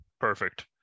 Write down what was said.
Perfect